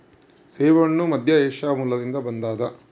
ಸೇಬುಹಣ್ಣು ಮಧ್ಯಏಷ್ಯಾ ಮೂಲದಿಂದ ಬಂದದ